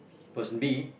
person B